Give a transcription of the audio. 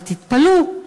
אבל תתפלאו,